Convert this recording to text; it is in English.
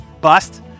Bust